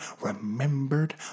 remembered